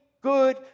good